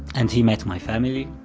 and he met my family.